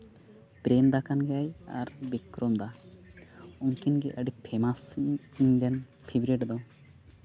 ᱯᱨᱮᱢ ᱫᱟ ᱠᱟᱱ ᱜᱮᱭᱟᱭ ᱟᱨ ᱵᱤᱠᱨᱚᱢᱫᱟ ᱩᱱᱠᱤᱱᱜᱮ ᱟᱹᱰᱤ ᱯᱷᱮᱢᱟᱥ ᱤᱧᱨᱮᱱ ᱯᱷᱮᱵᱽᱨᱮᱴ ᱫᱚ